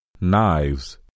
knives